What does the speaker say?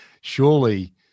surely